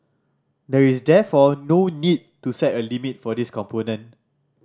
there is therefore no need to set a limit for this component